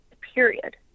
period